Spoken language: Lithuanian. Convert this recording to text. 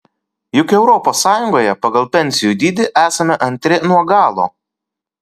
juk europos sąjungoje pagal pensijų dydį esame antri nuo galo